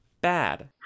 bad